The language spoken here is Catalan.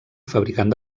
fabricant